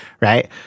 right